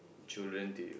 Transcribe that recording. children to you